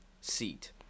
seat